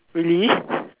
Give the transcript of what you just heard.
really